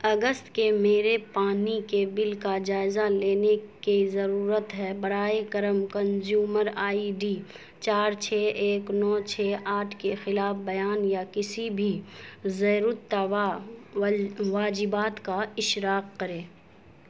اگست کے میرے پانی کے بل کا جائزہ لینے کی ضرورت ہے براہ کرم کنزیومر آئی ڈی چار چھ ایک نو چھ آٹھ کے خلاف بیان یا کسی بھی زیر طبع واجبات کا اشراک کریں